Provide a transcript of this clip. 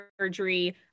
surgery